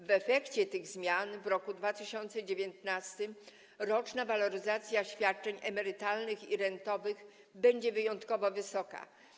W efekcie tych zmian w roku 2019 roczna waloryzacja świadczeń emerytalnych i rentowych będzie wyjątkowo wysoka.